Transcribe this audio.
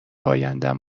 ایندم